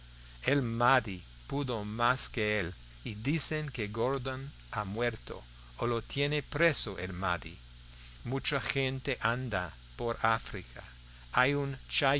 el mahdí pudo más que él y dicen que gordon ha muerto o lo tiene preso el mahdí mucha gente anda por áfrica hay un